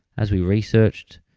as we researched